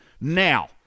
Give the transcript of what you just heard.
Now